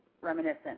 reminiscent